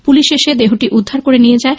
police এসে মৃতদেহটি উদ্ধার করে নিয়ে যায়